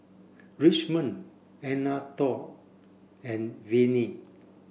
Richmond Anatole and Venie